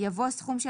יבוא "סכום של